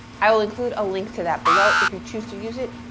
i will include a link to that below, if you choose to use it,